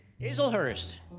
hazelhurst